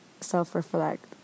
self-reflect